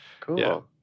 Cool